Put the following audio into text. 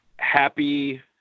Happy